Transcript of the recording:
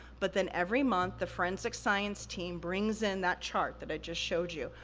but then every month, the forensic science team brings in that chart that i just showed you.